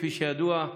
כפי שידוע,